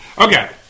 Okay